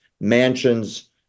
mansions